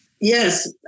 yes